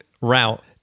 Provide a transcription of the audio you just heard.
route